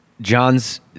John's